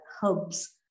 hubs